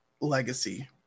legacy